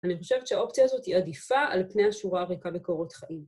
‫אני חושבת שהאופציה הזאת היא עדיפה ‫על פני השורה הריקה בקורות חיים.